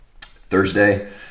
thursday